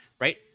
right